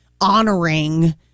honoring